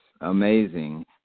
amazing